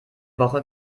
woche